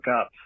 up